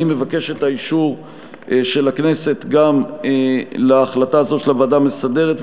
אני מבקש את האישור של הכנסת גם להחלטה זו של הוועדה המסדרת,